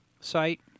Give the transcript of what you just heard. site